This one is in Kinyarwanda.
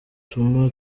tuma